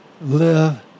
live